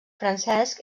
francesc